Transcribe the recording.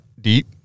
deep